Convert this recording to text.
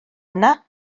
yna